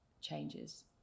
changes